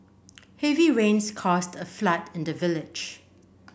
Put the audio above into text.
heavy rains caused a flood in the village